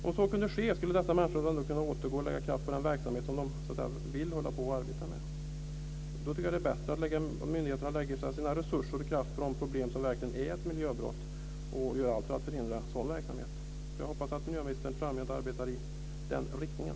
Om så kunde ske skulle dessa människor åter kunna lägga ned sina krafter på den verksamhet som de vill hålla på att arbeta med. Då tycker jag att det är bättre att myndigheterna lägger ned sina krafter och resurser på det problem som verkligen är ett miljöbrott och gör allt för att förhindra en sådan verksamhet. Jag hoppas att miljöministern framgent arbetar i den riktningen.